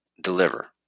deliver